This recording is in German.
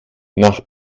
nach